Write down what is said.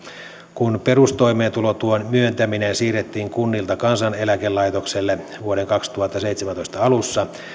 kun perustoimeentulotuen myöntäminen siirrettiin kunnilta kansaneläkelaitokselle vuoden kaksituhattaseitsemäntoista alussa